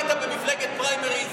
פעם היית במפלגת פריימריז,